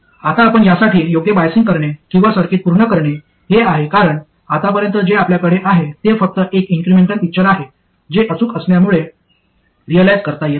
आता आपण यासाठी योग्य बायसिंग करणे आणि सर्किट पूर्ण करणे हे आहे कारण आतापर्यंत जे आपल्याकडे आहे ते फक्त एक इन्क्रिमेंटल पिक्चर आहे जे अचूक असल्यामुळे रिअलाईझ करता येत नाही